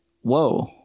whoa